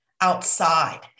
outside